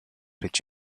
rich